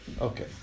Okay